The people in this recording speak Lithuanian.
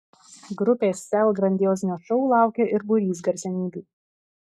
grupės sel grandiozinio šou laukia ir būrys garsenybių